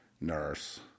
nurse